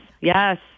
Yes